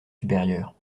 supérieur